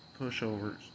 pushovers